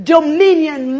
Dominion